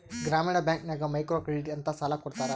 ಗ್ರಾಮೀಣ ಬ್ಯಾಂಕ್ ನಾಗ್ micro credit ಅಂತ್ ಸಾಲ ಕೊಡ್ತಾರ